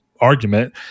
argument